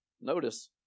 Notice